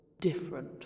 different